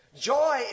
Joy